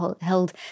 held